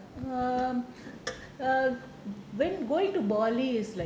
err err when going to bali is like